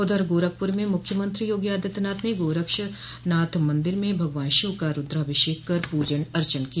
उधर गोरखपुर में मुख्यमंत्री योगी आदित्यनाथ ने गोरक्षनाथ मन्दिर में भगवान शिव का रूद्राभिषेक कर पूजा अर्चना की